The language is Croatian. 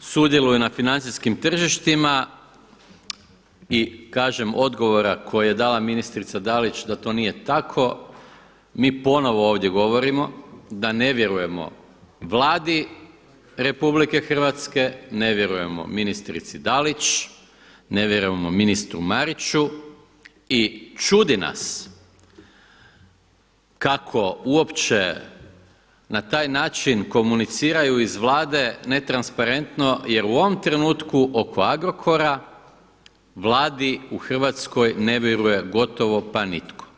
sudjeluju na financijskim tržištima i kažem odgovora koje je dala ministrica Dalić da to nije tako, mi ponovo ovdje govorimo da ne vjerujemo Vladi RH, ne vjerujemo ministrici Dalić, ne vjerujemo ministru Mariću i čudi nas kako uopće na taj način komuniciraju iz Vlade netransparentno jer u ovom trenutku oko Agrokora Vladi u Hrvatskoj ne vjeruje gotovo pa nitko.